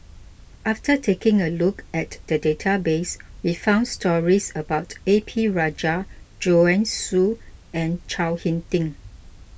after taking a look at the database we found stories about A P Rajah Joanne Soo and Chao Hick Tin